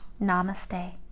Namaste